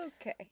okay